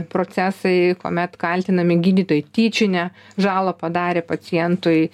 procesai kuomet kaltinami gydytojai tyčinę žalą padarę pacientui